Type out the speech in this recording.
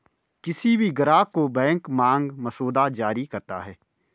किसी भी ग्राहक को बैंक मांग मसौदा जारी करता है